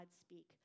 speak